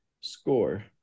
Score